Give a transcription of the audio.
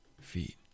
feet